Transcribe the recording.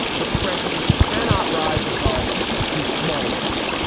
the president cannot rise above his smallness.